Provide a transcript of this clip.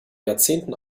jahrzehnten